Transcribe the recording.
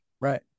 right